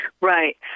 Right